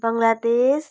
Bangladesh